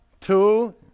Two